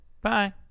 bye